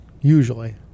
Usually